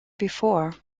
before